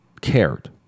cared